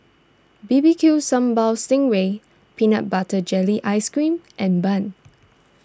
B B Q Sambal Sting Ray Peanut Butter Jelly Ice Cream and Bun